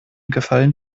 gefallen